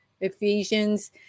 Ephesians